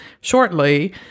shortly